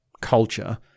culture